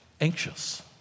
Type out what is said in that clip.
anxious